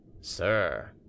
Sir